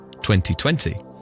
2020